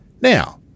Now